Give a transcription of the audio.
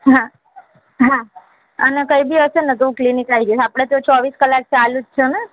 હા હા અને કંઈ બી હશે ને તો હું ક્લિનિક આવી જઈશ અને આપણે તો ચોવીસ કલાક ચાલું જ છે ને